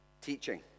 teaching